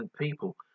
people